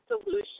solution